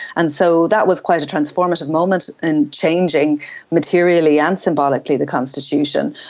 and so that was quite a transformative moment in changing materially and symbolically the constitution.